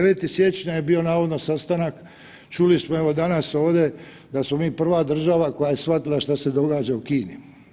9. siječnja je bio navodno sastanak, čuli smo evo danas ovdje da smo mi prva država koja je shvatila šta se događa u Kini.